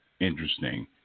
interesting